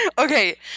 Okay